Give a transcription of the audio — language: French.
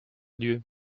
dieu